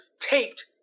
taped